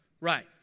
Right